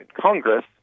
Congress